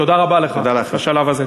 תודה רבה לך בשלב הזה.